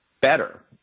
better